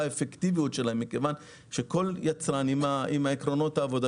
האפקטיביות שלהן מכיוון שכל יצרן עם עקרונות העבודה